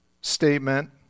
statement